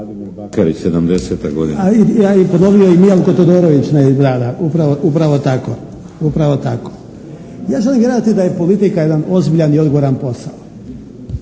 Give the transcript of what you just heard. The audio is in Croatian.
Ja želim vjerovati da je politika jedan ozbiljan i odgovoran posao